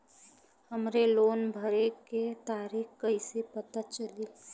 हमरे लोन भरे के तारीख कईसे पता चली?